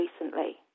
recently